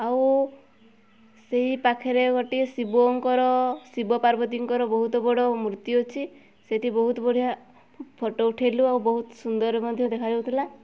ଆଉ ସେଇ ପାଖରେ ଗୋଟିଏ ଶିବଙ୍କର ଶିବ ପାର୍ବତୀଙ୍କର ବହୁତ ବଡ଼ ମୂର୍ତ୍ତି ଅଛି ସେଠି ବହୁତ ବଢ଼ିଆ ଫଟୋ ଉଠାଇଲୁ ଆଉ ବହୁତ ସୁନ୍ଦର ମଧ୍ୟ ଦେଖାଯାଉଥିଲା